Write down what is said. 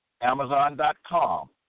Amazon.com